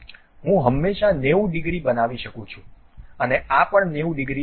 હું હંમેશાં 90 ડિગ્રી બનાવી શકું છું અને આ પણ 90 ડિગ્રી